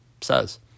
says